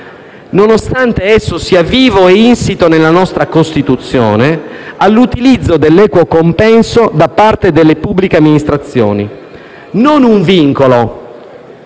nonostante esso sia vivo e insito nella nostra Costituzione, all'utilizzo dell'equo compenso da parte delle pubbliche amministrazioni. Non si